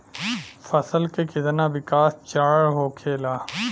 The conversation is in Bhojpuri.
फसल के कितना विकास चरण होखेला?